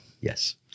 yes